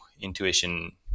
intuition